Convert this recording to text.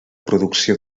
producció